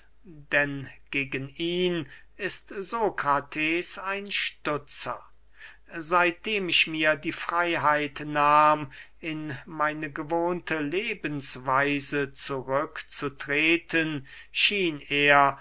denn ge gen ihn ist sokrates ein stutzer seitdem ich mir die freiheit nahm in meine gewohnte lebensweise zurück zu treten schien er